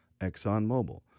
ExxonMobil